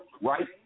right